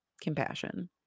compassion